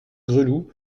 gresloup